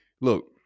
Look